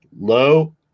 low